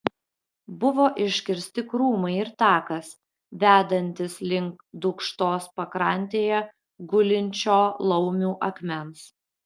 buvo iškirsti krūmai ir takas vedantis link dūkštos pakrantėje gulinčio laumių akmens